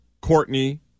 Courtney